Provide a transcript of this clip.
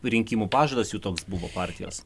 rinkimų pažadas jų toks buvo partijos